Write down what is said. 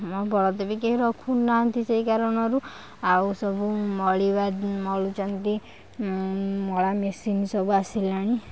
ବଳଦ ବି କେହି ରଖୁନାହାନ୍ତି ସେଇ କାରଣରୁ ଆଉ ସବୁ ମଳିବା ମଳୁଛନ୍ତି ମଳା ମେସିନ୍ ସବୁ ଆସିଲାଣି